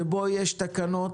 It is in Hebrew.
שבו יש תקנות